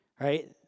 right